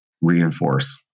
reinforce